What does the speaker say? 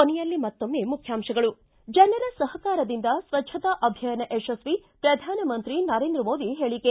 ಕೊನೆಯಲ್ಲಿ ಮತ್ತೊಮ್ನೆ ಮುಖ್ಯಾಂಶಗಳು ಿ ಜನರ ಸಹಕಾರದಿಂದ ಸ್ವಚ್ದತಾ ಅಭಿಯಾನ ಯಶಸ್ವಿ ಪ್ರಧಾನಮಂತ್ರಿ ನರೇಂದ್ರ ಮೋದಿ ಹೇಳಿಕೆ